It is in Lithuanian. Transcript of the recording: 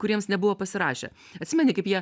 kuriems nebuvo pasirašę atsimeni kaip jie